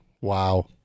Wow